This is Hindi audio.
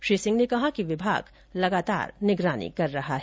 श्री सिंह ने कहा कि विभाग लगातार निगरानी कर रहा है